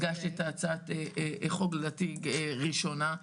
הגשתי הצעת חוק ראשונה.